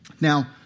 Now